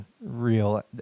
real